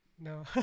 No